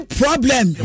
problem